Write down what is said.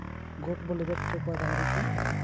ᱜᱚᱴ ᱵᱚ ᱞᱮᱵᱮᱫ ᱦᱚᱪᱚ ᱠᱚᱣᱟ ᱰᱟᱹᱝᱨᱤ ᱠᱚ